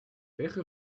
welche